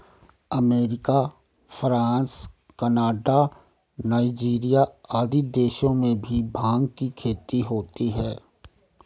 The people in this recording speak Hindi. अमेरिका, फ्रांस, कनाडा, नाइजीरिया आदि देशों में भी भाँग की खेती होती है